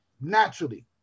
Naturally